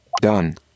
Done